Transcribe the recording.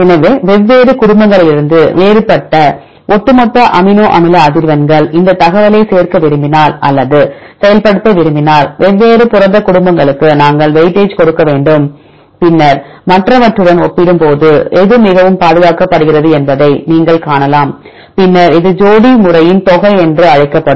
எனவே வெவ்வேறு குடும்பங்களிலிருந்து வேறுபட்ட ஒட்டுமொத்த அமினோ அமில அதிர்வெண்கள் இந்த தகவலை சேர்க்க விரும்பினால் அல்லது செயல்படுத்த விரும்பினால் வெவ்வேறு புரதக் குடும்பங்களுக்கு நாங்கள் வெயிட்டேஜ் கொடுக்க வேண்டும் பின்னர் மற்றவற்றுடன் ஒப்பிடும்போது எது மிகவும் பாதுகாக்கப்படுகிறது என்பதை நீங்கள் காணலாம் பின்னர் இது ஜோடி முறையின் தொகை என்று அழைக்கப்படும்